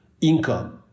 income